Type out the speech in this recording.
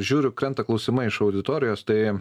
žiūriu krenta klausimai iš auditorijos tai